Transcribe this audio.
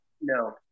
No